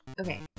Okay